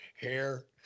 hair